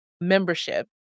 membership